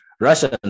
Russian